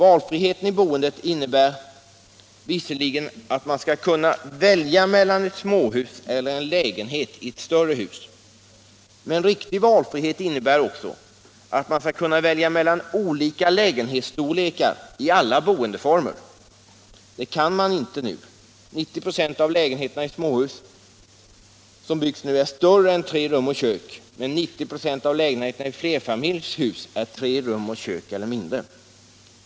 Valfriheten i boendet innebär visserligen att man skall kunna välja mellan ett småhus eller en lägenhet i ett större hus. Men riktig valfrihet innebär också att man skall kunna välja mellan olika lägenhetsstorlekar i alla boendeformer. Det kan man inte nu. 90 26 av lägenheterna i småhus som byggs f. n. är större än tre rum och kök, men 90 26 av lägenheterna i flerfamiljshus består av tre rum och kök eller mindre.